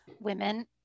women